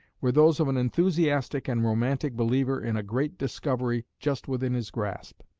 were those of an enthusiastic and romantic believer in a great discovery just within his grasp.